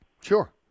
Sure